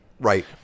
right